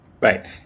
Right